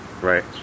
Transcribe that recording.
Right